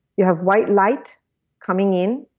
you have white light coming in,